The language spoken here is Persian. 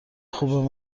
خوب